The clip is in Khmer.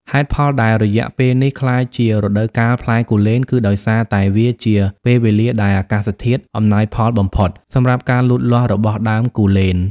ហេតុផលដែលរយៈពេលនេះក្លាយជារដូវកាលផ្លែគូលែនគឺដោយសារតែវាជា ពេលវេលាដែលអាកាសធាតុអំណោយផលបំផុត សម្រាប់ការលូតលាស់របស់ដើមគូលែន។